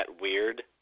weird